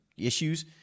issues